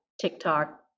TikTok